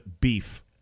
Beef